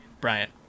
Bryant